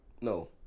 No